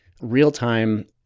real-time